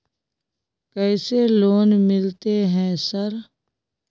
कैसे लोन मिलते है सर?